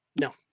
No